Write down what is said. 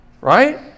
right